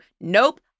Nope